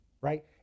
right